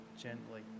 gently